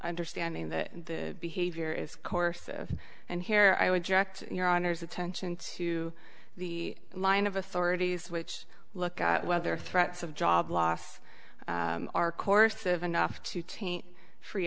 understanding that the behavior is courses and here i would jacked your honour's attention to the line of authorities which look at whether threats of job loss are course of enough to taint free